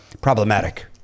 problematic